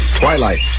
Twilight